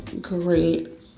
great